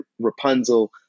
Rapunzel